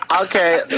okay